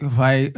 vai